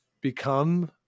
become